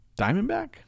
Diamondback